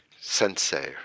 sensei